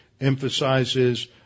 emphasizes